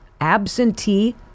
absentee